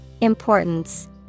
Importance